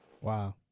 Wow